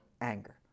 anger